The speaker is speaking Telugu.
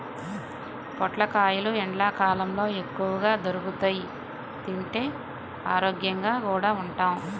పొట్లకాయలు ఎండ్లకాలంలో ఎక్కువగా దొరుకుతియ్, తింటే ఆరోగ్యంగా కూడా ఉంటాం